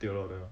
对 lor 对 lor